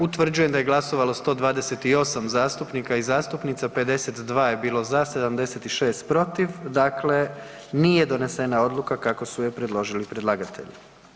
Utvrđujem da je glasovalo 128 zastupnika i zastupnica, 52 je bilo za, 76 protiv dakle nije donesena odluka kako su je predložili predlagatelji.